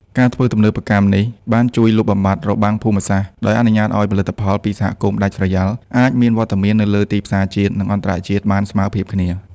ការធ្វើទំនើបកម្មនេះ បានជួយលុបបំបាត់ "របាំងភូមិសាស្ត្រ" ដោយអនុញ្ញាតឱ្យផលិតផលពីសហគមន៍ដាច់ស្រយាល អាចមានវត្តមាននៅលើទីផ្សារជាតិ និងអន្តរជាតិបានស្មើភាពគ្នា។